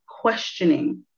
questioning